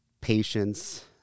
patience